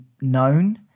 known